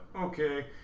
okay